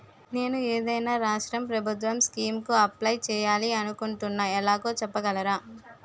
నేను ఏదైనా రాష్ట్రం ప్రభుత్వం స్కీం కు అప్లై చేయాలి అనుకుంటున్నా ఎలాగో చెప్పగలరా?